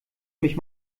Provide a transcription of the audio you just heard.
mich